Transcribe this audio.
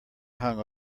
hung